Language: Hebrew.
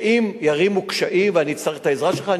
ואם יערימו קשיים ואני אצטרך את העזרה שלך,